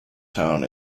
town